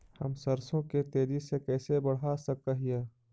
हम सरसों के तेजी से कैसे बढ़ा सक हिय?